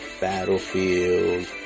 Battlefield